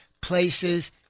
places